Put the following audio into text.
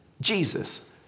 Jesus